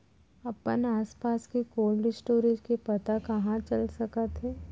अपन आसपास के कोल्ड स्टोरेज के पता कहाँ चल सकत हे?